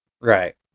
Right